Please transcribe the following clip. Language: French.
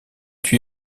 tué